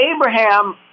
Abraham